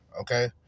okay